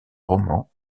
roman